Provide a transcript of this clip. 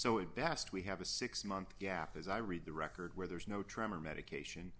so it's best we have a six month gap as i read the record where there's no tremor medication